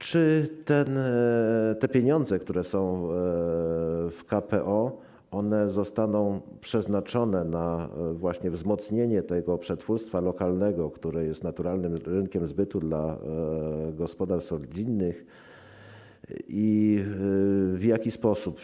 Czy te pieniądze, które są w KPO, zostaną przeznaczone właśnie na wzmocnienie przetwórstwa lokalnego, które jest naturalnym rynkiem zbytu dla gospodarstw rodzinnych, i w jaki sposób?